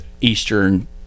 Eastern